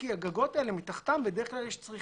מכיוון שבגגות מתחתיהן יש בדרך כלל צריכה,